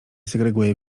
segreguję